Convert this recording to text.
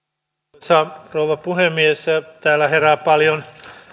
arvoisa rouva puhemies täällä herää paljon